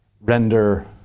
render